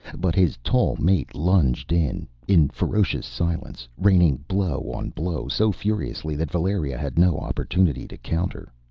but his tall mate lunged in, in ferocious silence, raining blow on blow so furiously that valeria had no opportunity to counter.